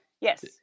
Yes